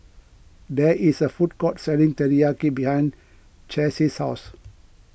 there is a food court selling Teriyaki behind Chase's house